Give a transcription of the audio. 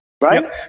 right